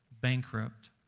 bankrupt